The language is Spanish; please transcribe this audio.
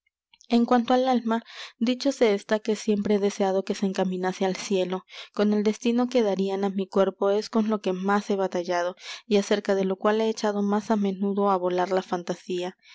en cuanto al alma dicho se está que siempre he deseado que se encaminase al cielo con el destino que darían á mi cuerpo es con lo que más he batallado y acerca de lo cual he echado más á menudo á volar la fantasía